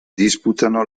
disputano